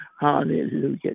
Hallelujah